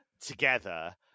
together